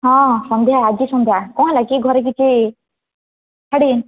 ହଁ ସନ୍ଧ୍ୟା ଆଜି ସନ୍ଧ୍ୟା କ'ଣ ହେଲା କି ଘରେ କିଛି ଛାଡ଼ିବେନି